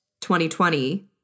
2020